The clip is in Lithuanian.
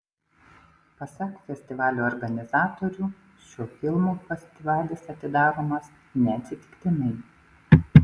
pasak festivalio organizatorių šiuo filmu festivalis atidaromas neatsitiktinai